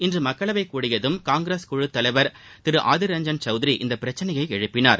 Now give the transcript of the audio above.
இன்று மக்களவை கூடியதும் காங்கிரஸ் குழு தலைவர் திரு ஆதிர் ரஞ்ஜன் சௌத்ரி இப்பிரச்சினையை எழுப்பினார்